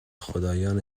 خدایان